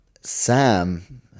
Sam